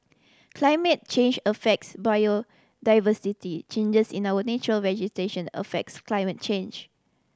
climate change affects biodiversity changes in our natural vegetation affects climate change